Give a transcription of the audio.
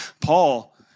Paul